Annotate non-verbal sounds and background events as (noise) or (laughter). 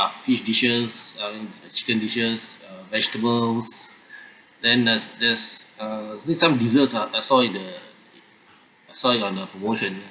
fish dishes um chicken dishes uh vegetables (breath) then there's this uh there's some desserts ah I saw in the I saw on your promotion